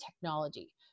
technology